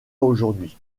aujourd’hui